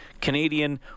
Canadian